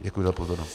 Děkuji za pozornost.